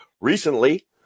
recently